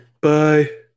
Bye